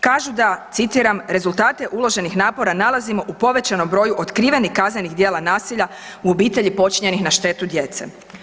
Kažu da, citiram, rezultate uloženih napora nalazimo u povećanom broju otkrivenih kaznenih djela nasilja u obitelji počinjenih na štetu djece.